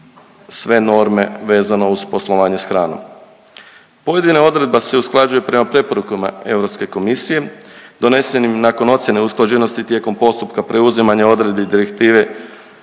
sve norme vezano uz poslovanje s hranom. Pojedine odredbe se usklađuju prema preporukama Europske komisije donesenim nakon ocijene usklađenosti tijekom postupka preuzimanja odredbi Direktive